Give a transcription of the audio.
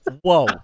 Whoa